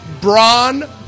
Braun